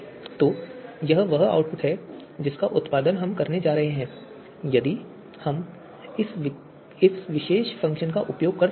तो यह वह आउटपुट है जिसका उत्पादन हम करने जा रहे हैं यदि हम इस विशेष फ़ंक्शन का उपयोग करते हैं